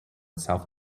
south